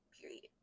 Period